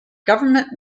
government